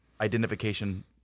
identification